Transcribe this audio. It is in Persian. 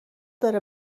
داره